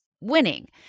winning